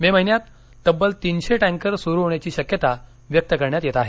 मे महिन्यात तब्बल तीनशे टँकर सुरू होण्याची शक्यता व्यक्त करण्यात येत आहे